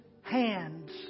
hands